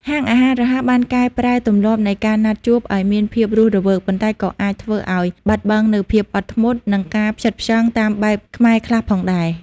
ហាងអាហាររហ័សបានកែប្រែទម្លាប់នៃការណាត់ជួបឱ្យមានភាពរស់រវើក ប៉ុន្តែក៏អាចធ្វើឱ្យបាត់បង់នូវភាពអត់ធ្មត់ និងការផ្ចិតផ្ចង់តាមបែបខ្មែរខ្លះផងដែរ។